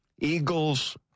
Eagles